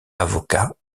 avocat